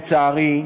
לצערי,